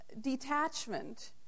Detachment